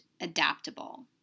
adaptable